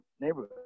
neighborhood